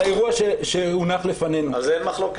על זה אין מחלוקת.